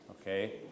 Okay